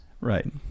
Right